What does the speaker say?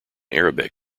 arabic